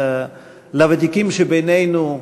הוותיקים שבינינו,